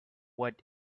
what